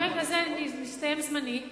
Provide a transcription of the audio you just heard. ברגע זה הסתיים זמני,